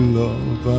love